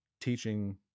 teaching